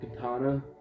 katana